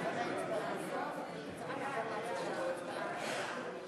התשע"ד 2014,